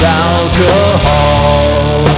alcohol